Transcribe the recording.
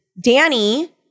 Danny